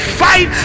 fight